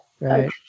Right